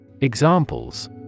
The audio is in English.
Examples